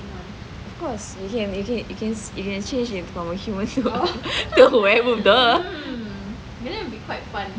of course you can you can change him from a human to a werewolf